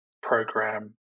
program